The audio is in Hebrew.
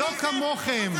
לא כמוכם.